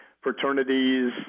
fraternities